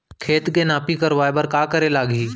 खेत के नापी करवाये बर का करे लागही?